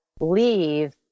leave